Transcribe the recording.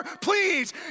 Please